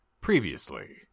previously